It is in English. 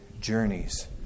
journeys